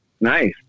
Nice